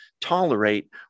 tolerate